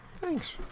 Thanks